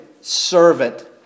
servant